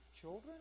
children